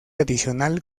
adicional